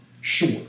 Sure